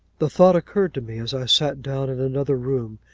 the thought occurred to me as i sat down in another room,